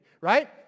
right